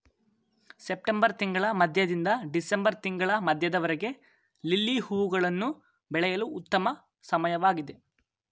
September ತಿಂಗಳ ಮಧ್ಯದಿಂದ December ತಿಂಗಳ ಮಧ್ಯದವರೆಗೆ ಲಿಲ್ಲಿ ಹೂವುಗಳನ್ನು ಬೆಳೆಯಲು ಉತ್ತಮ ಸಮಯವಾಗಿದೆ